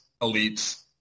elites